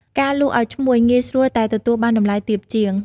ការលក់ឲ្យឈ្មួញ ងាយស្រួល តែទទួលបានតម្លៃទាបជាង។